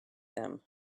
them